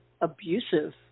abusive